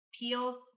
Peel